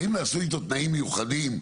האם נעשו איתו תנאים מיוחדים,